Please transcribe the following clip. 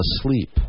asleep